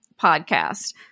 podcast